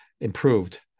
improved